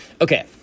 Okay